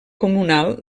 comunal